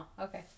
okay